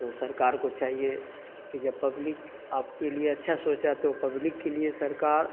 تو سرکار کو چاہیے کہ جب پبلک آپ کے لیے اچھا سوچا تو پبلک کے لیے سرکار